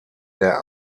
der